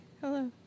Hello